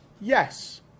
yes